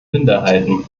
minderheiten